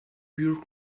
pure